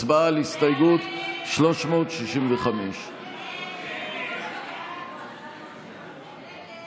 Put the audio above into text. הצבעה על הסתייגות 365. הסתייגות 365 לא נתקבלה.